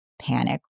panic